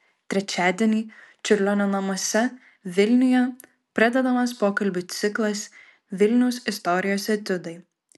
trečiadienį čiurlionio namuose vilniuje pradedamas pokalbių ciklas vilniaus istorijos etiudai